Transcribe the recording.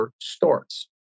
starts